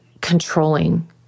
controlling